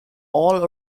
all